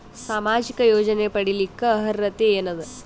ಸಾಮಾಜಿಕ ಯೋಜನೆ ಪಡಿಲಿಕ್ಕ ಅರ್ಹತಿ ಎನದ?